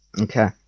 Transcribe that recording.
Okay